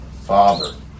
Father